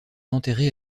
enterré